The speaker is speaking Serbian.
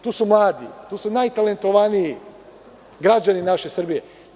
Tu su mladi, tu su najtalentovaniji građani naše Srbije.